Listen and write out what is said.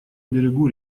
берегу